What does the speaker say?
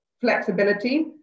Flexibility